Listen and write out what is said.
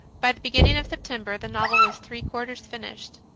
by the beginning of september the novel was three-quarters finished.